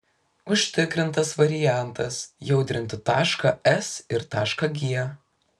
užtikrintas variantas jaudrinti tašką s ir tašką g